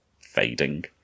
fading